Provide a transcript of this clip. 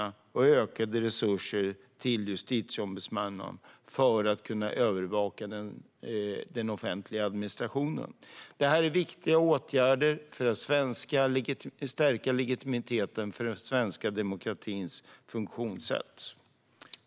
Det blir även ökade resurser till Justitieombudsmannen för övervakning av den offentliga administrationen. Detta är viktiga åtgärder för att stärka legitimiteten för den svenska demokratins funktionssätt.